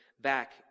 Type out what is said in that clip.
back